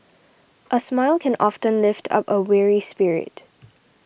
a smile can often lift up a weary spirit